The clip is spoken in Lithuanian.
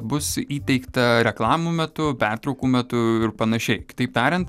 bus įteikta reklamų metu pertraukų metu ir panašiai kitaip tariant